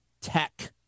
tech